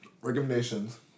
recommendations